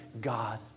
God